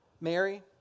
Mary